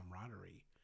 camaraderie